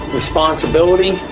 responsibility